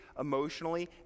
emotionally